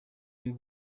y’u